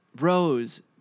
Rose